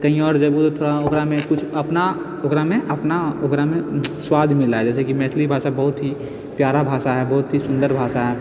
कहीं और जेबहु तऽ थोड़ा ओकरामे अपना ओकरामे अपना ओकरामे स्वाद मिलऽ है जैसे कि मैथिली भाषा बहुत ही प्यारा भाषा है बहुत ही सुन्दर भाषा है